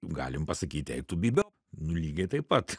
galim pasakyti tu bybio lygiai taip pat